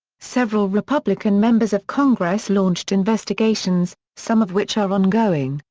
several republican members of congress launched investigations, some of which are ongoing,